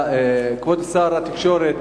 שר התקשורת,